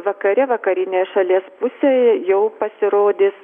vakare vakarinėje šalies pusėje jau pasirodys